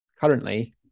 currently